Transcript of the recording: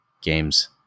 Games